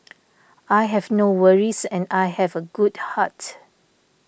I have no worries and I have a good heart